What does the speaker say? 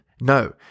No